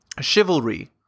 chivalry